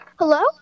Hello